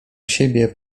siebie